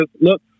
look